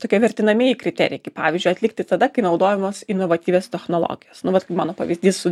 tokie vertinamieji kriterijai kaip pavyzdžiui atlikti tada kai naudojamos inovatyvios technologijos nu vat kaip mano pavyzdys su